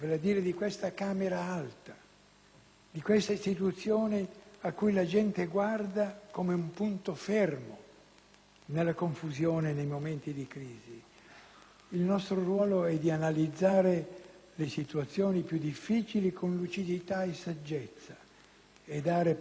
di questa istituzione a cui la gente guarda come un punto fermo nella confusione dei momenti di crisi: il nostro ruolo è di analizzare le situazioni più difficili con lucidità e saggezza e dare pareri obiettivi e lungimiranti.